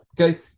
Okay